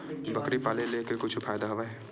बकरी पाले ले का कुछु फ़ायदा हवय?